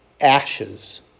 ashes